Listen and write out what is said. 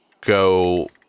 go